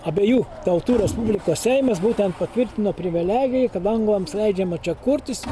abiejų tautų respublikos seimas būtent patvirtino privilegiją kad anglams leidžiama čia kurtis